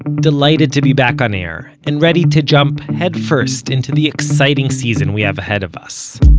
delighted to be back on air, and ready to jump, head-first, into the exciting season we have ahead of us